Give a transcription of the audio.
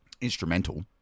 instrumental